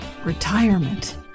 Retirement